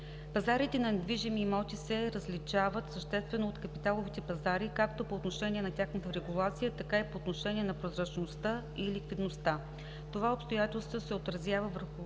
Пазарите на недвижими имоти се различават съществено от капиталовите пазари както по отношение на тяхната регулация, така и по отношение на прозрачността и ликвидността. Това обстоятелство се отразява върху